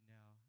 now